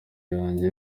yanjye